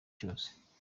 cyose